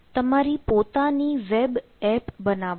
તમારી પોતાની web app બનાવો